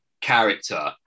character